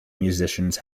musicians